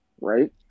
right